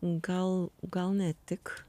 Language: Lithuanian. gal gal ne tik